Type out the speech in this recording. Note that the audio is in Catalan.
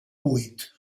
vuit